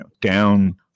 down